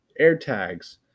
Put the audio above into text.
AirTags